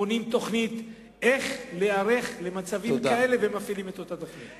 בונים תוכנית איך להיערך למצבים כאלה ומפעילים את אותה תוכנית.